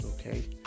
okay